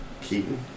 Keaton